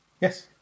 Yes